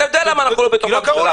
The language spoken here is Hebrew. תודה רבה, חבר הכנסת יבגני.